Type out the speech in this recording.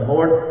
Lord